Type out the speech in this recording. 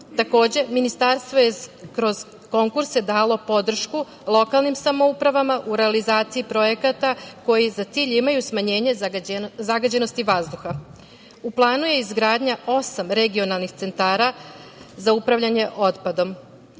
Takođe, Ministarstvo je kroz konkurse dalo podršku lokalnim samoupravama u realizaciji projekata koji za cilj imaju smanjenje zagađenosti vazduha. U planu je izgradnja osam regionalnih centara za upravljanje otpadom.